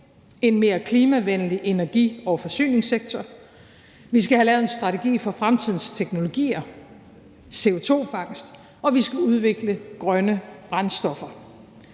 en mere klimavenlig energi- og forsyningssektor. Vi skal have lavet en strategi for fremtidens teknologier, CO2-fangst, og vi skal udvikle grønne brændstoffer.